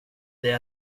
det